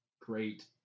great –